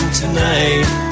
tonight